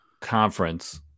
conference